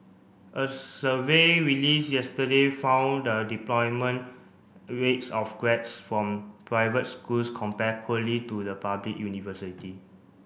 a survey release yesterday found the deployment rates of grads from private schools compared poorly to the public university